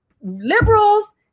Liberals